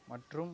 மற்றும்